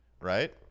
right